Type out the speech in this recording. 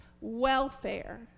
welfare